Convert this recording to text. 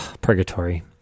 purgatory